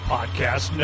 Podcast